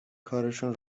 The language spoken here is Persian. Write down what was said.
کارشون